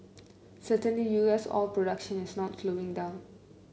certainly U S oil production is not slowing down